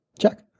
Check